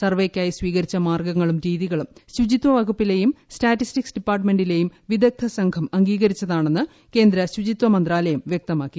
സർവ്വെയ്ക്കായി സ്വീകരിച്ച മാർഗ്ഗങ്ങളും രീതികളും ശുചിത്വ വകുപ്പിലെയും സ്റ്റാറ്റിസ്റ്റിക്സ് ഡിപ്പാർട്ടുമെന്റിലേയും വിദഗ്ധ സംഘം അംഗീകരിച്ചതാണെന്ന് കേന്ദ്രു ശുചിത്വ മന്ത്രാലയം വ്യക്തമാക്കി